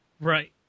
Right